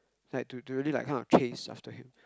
like to to really kind of chase after him